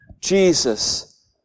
Jesus